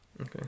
Okay